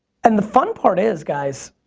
and the fun part is, guys,